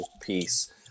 piece